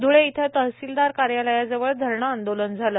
ध्ळे इथं तहसिलदार कार्यालयाजवळ धरणे आंदोलन झालं